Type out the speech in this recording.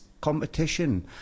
competition